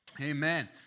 amen